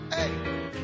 Hey